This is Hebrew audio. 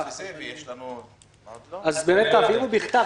אבל יש לנו הסתייגויות --- אז באמת תעבירו בכתב.